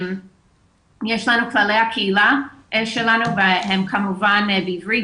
יש לנו את כללי הקהילה שלנו והם כמובן בעברית,